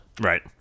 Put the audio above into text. Right